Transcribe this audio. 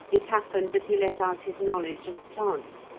it happened that he let out his knowledge of plants,